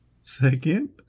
Second